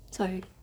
sorry